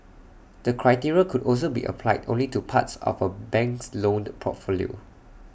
the criteria could also be applied only to parts of A bank's portfolio